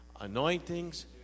anointings